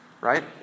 right